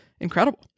incredible